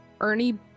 Ernie